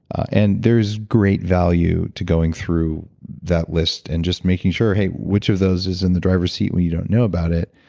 and there's great value to going through that list and just making sure hey, which of those is in the driver's seat when you don't know about it?